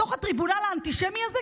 בתוך הטריבונל האנטישמי הזה,